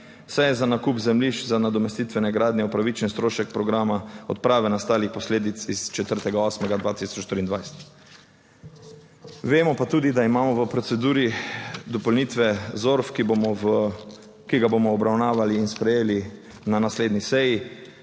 Saj je za nakup zemljišč za nadomestitvene gradnje upravičen strošek programa odprave nastalih posledic iz 4. 8. 2023. Vemo pa tudi, da imamo v proceduri dopolnitve ZORF, ki ga bomo obravnavali in sprejeli na naslednji seji,